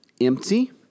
empty